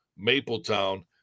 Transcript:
Mapletown